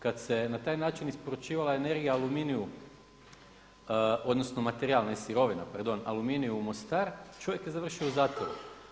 Kad se na taj način isporučivala energija Aluminiju, odnosno materijal ne sirovina pardon Aluminiju u Mostar čovjek je završio u zatvoru.